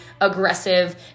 aggressive